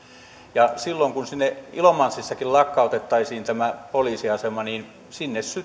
ja silloin kun siellä ilomantsissakin lakkautettaisiin tämä poliisiasema niin sinne